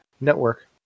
network